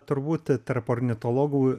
turbūt tarp ornitologų